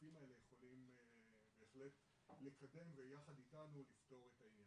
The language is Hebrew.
הגופים האלה יכולים בהחלט לקדם ויחד איתנו לפתור את העניין.